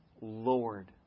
Lord